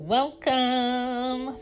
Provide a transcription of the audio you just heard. Welcome